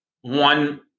one